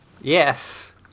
Yes